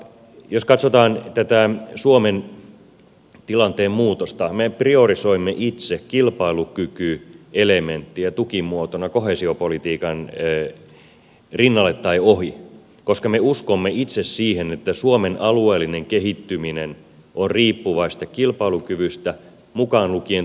jos katsotaan tätä suomen tilanteen muutosta me priorisoimme itse kilpailukykyelementtiä tukimuotona koheesiopolitiikan rinnalle tai ohi koska me uskomme itse siihen että suomen alueellinen kehittyminen on riippuvaista kilpailukyvystä mukaan lukien tutkimussatsaukset